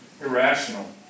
Irrational